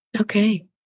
Okay